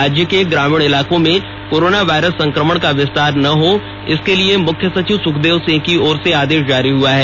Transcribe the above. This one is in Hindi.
राज्य के ग्रामीण इलाकों में कोरोना वायरस संक्रमण का विस्तार ना हो सके इसके लिये मुख्य सचिव सुखदेव सिंह की ओर से आदेश जारी हुआ है